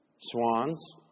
Swans